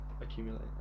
Accumulate